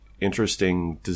interesting